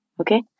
okay